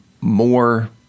more